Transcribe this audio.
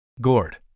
Gourd